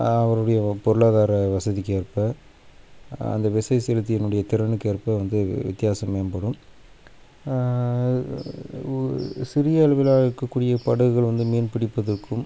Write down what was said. அவருடைய பொருளாதார வசதிக்கேற்ப அந்த விசை செலுத்தியன்னுடைய திறனுக்கு ஏற்ப வந்து வி வித்தியாசம் மேம்படும் சிறிய அளவில் இருக்கக்கூடிய படகுகள் வந்து மீன் பிடிப்பதற்கும்